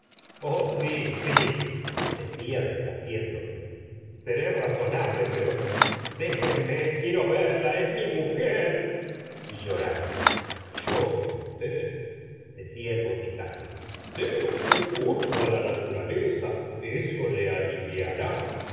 oh si si decia desasiéndose seré razonable pero déjenme quiero verla es mi mujer y lloraba llore usted decia el boticario dé us'd curso á la naturaleza eso le